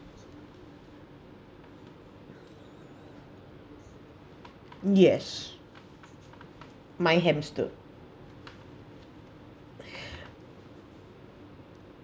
yes my hamster